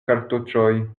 kartoĉoj